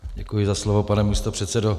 Děkuji za slovo, pane místopředsedo.